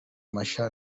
mashya